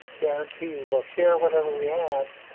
guarantee we'll share whatever we have.